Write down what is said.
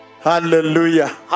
Hallelujah